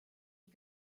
die